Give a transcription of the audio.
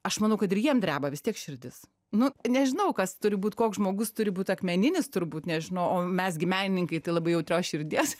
aš manau kad ir jiem dreba vis tiek širdis nu nežinau kas turi būt koks žmogus turi būt akmeninis turbūt nežinau o mes gi menininkai tai labai jautrios širdies